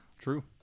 True